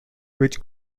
which